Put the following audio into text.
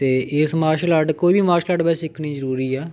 ਅਤੇ ਇਸ martial art ਕੋਈ ਵੀ ਮਾਰਸ਼ਲ ਆਰਟ ਵੈਸੇ ਸਿੱਖਣੀ ਜ਼ਰੂਰੀ ਆ